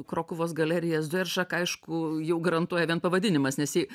krokuvos galerija zderšak aišku jau garantuoja vien pavadinimas nes ji